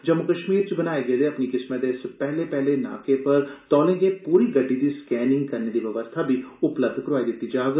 जम्मू कश्मीर च बनाए गेदे अपनी किस्मै दे इस पैहले पैहले नाके पर तौले गै पूरी गड्डी दी स्कैनिंग करने दी व्यवस्था बी उपलब्ध कराई दिती जाग